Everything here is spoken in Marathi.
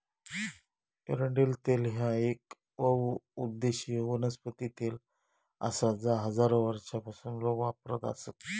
एरंडेल तेल ह्या येक बहुउद्देशीय वनस्पती तेल आसा जा हजारो वर्षांपासून लोक वापरत आसत